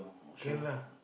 can lah